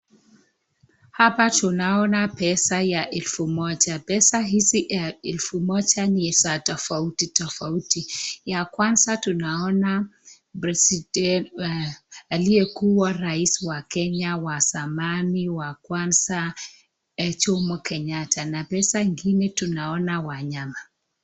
Hapa tunaona pesa ya elfu moja . Pesa hizi ya elfu moja ni za tofauti tofauti , ya kwanza tunaona aliyekuwa raisi wa Kenya wa zamani wa kwanza Jomo Kenyatta na pesa ingine tunaona wanyama.